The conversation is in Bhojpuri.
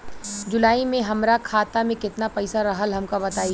जुलाई में हमरा खाता में केतना पईसा रहल हमका बताई?